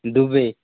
Dubai